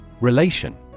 Relation